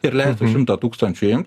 ir leistų šimtą tūkstančių imt